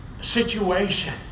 situation